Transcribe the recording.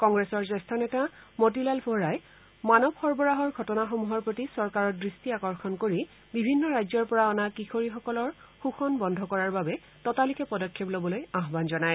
কংগ্ৰেছৰ জ্যেষ্ঠ নেতা মতিলাল ভৰাই মানৱ সৰবৰাহৰ ঘটনাসমূহৰ প্ৰতি চৰকাৰৰ দৃষ্টি আকৰ্ষণ কৰি বিভিন্ন ৰাজ্যৰ পৰা অনা কিশোৰীসকলৰ শোষণ বন্ধ কৰাৰ বাবে ততালিকে পদক্ষেপ লবলৈ আহ্বান জনায়